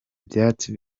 byatsi